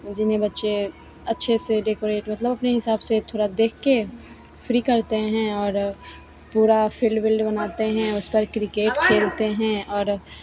जिन्हें बच्चे अच्छे से डेकोरेट मतलब अपने हिसाब से थोड़ा देख कर फ्री करते हैं और पूरा फील्ड विल्ड बनाते हैं उस पर क्रिकेट खेलते हैं और